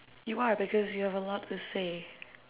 you are because you have a lot to say